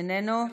איננו.